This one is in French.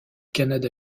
canada